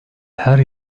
her